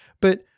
but-